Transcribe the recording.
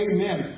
Amen